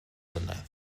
llynedd